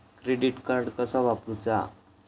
Credit card कसा वापरूचा?